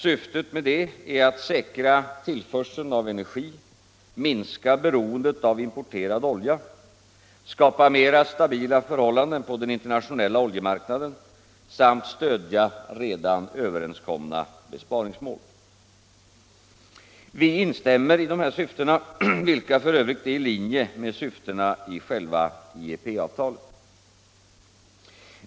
Syftet härmed är att säkra tillförseln av energi, minska beroendet av importerad olja, skapa mera stabila förhållanden på den internationella oljemarknaden samt stödja redan överenskomna besparingsmål. Vi instämmer i att detta är viktiga syften, vilka f. ö. är i linje med syftena i själva IEP-avtalet.